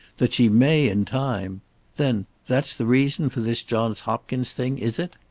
that she may, in time then, that's the reason for this johns hopkins thing, is it?